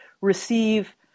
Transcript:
receive